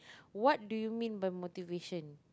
what do you mean by motivation